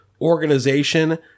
organization